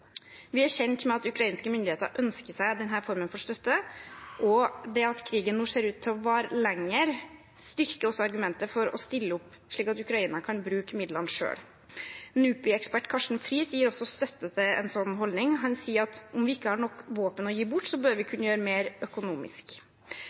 Vi er kjent med at ukrainske myndigheter ønsker seg denne formen for støtte, og det at krigen nå ser ut til å vare lenger, styrker også argumentet for å stille opp, slik at Ukraina kan bruke midlene selv. NUPI-ekspert Karsten Friis gir også støtte til en slik holdning. Han sier at om vi ikke har nok våpen å gi bort, bør vi